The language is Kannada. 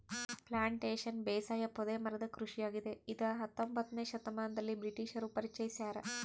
ಪ್ಲಾಂಟೇಶನ್ ಬೇಸಾಯ ಪೊದೆ ಮರದ ಕೃಷಿಯಾಗಿದೆ ಇದ ಹತ್ತೊಂಬೊತ್ನೆ ಶತಮಾನದಲ್ಲಿ ಬ್ರಿಟಿಷರು ಪರಿಚಯಿಸ್ಯಾರ